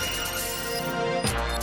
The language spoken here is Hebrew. (הישיבה נפסקה בשעה